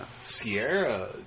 Sierra